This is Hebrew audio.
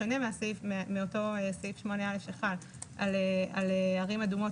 בשונה מאותו סעיף 8א1 על ערים אדומות,